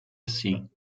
assim